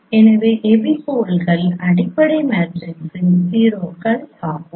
எனவே எபிபோல்கள் அடிப்படை மேட்ரிக்ஸின் 0 கள் ஆகும்